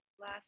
last